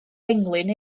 englyn